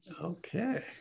Okay